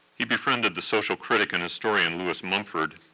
he befriended the social critic and historian lewis mumford,